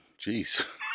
jeez